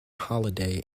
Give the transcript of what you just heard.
holiday